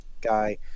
guy